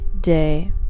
day